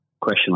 question